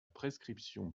prescription